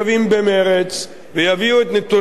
ויביאו את נתוני התכנון היסודיים.